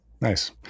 nice